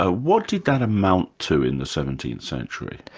ah what did that amount to in the seventeenth century?